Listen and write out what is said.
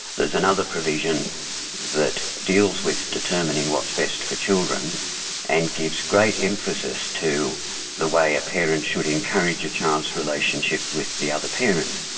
there's another provision that deals with determining what's best for children and gives great emphasis to the way a parent should encourage a child's relationship with the other parent.